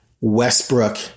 Westbrook